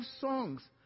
songs